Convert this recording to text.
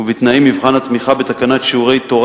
ובתנאי מבחן התמיכה בתקנת "שיעורי תורה